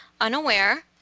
unaware